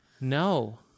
No